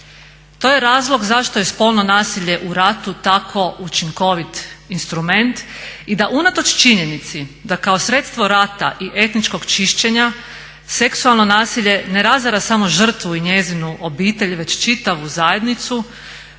To je razlog zašto je spolno nasilje u ratu tako učinkovit instrument i da unatoč činjenici da kao sredstvo rata i etničkog čišćenja seksualno nasilje ne razara samo žrtvu i njezinu obitelj već čitavu zajednicu,